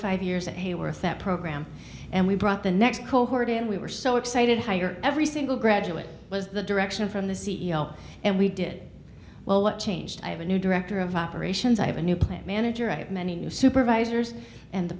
five years and hayworth that program and we brought the next cohort in we were so excited hire every single graduate was the direction from the c e o and we did well what changed i have a new director of operations i have a new plant manager i have many new supervisors and the